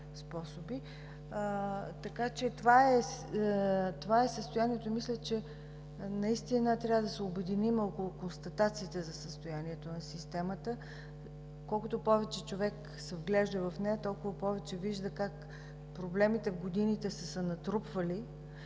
Това е състоянието. Наистина трябва да се обединим около констатациите за състоянието на системата. Колкото повече човек се вглежда в нея, толкова повече вижда как в годините проблемите са се натрупвали,